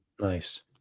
Nice